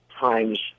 times